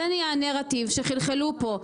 זה נהיה הנרטיב שחלחלו פה,